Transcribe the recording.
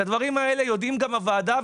את הדברים האלה יודעים גם בוועדה,